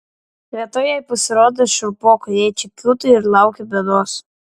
vieta jai pasirodė šiurpoka jei čia kiūtai ir lauki bėdos